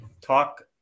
talk